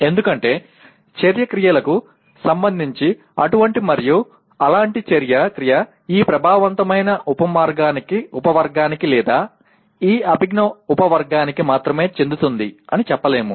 ఎందుకంటే చర్య క్రియలకు సంబంధించి అటువంటి మరియు అలాంటి చర్య క్రియ ఈ ప్రభావవంతమైన ఉపవర్గానికి లేదా ఈ అభిజ్ఞా ఉపవర్గానికి మాత్రమే చెందుతుంది అని చెప్పలేము